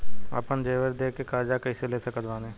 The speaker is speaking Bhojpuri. आपन जेवर दे के कर्जा कइसे ले सकत बानी?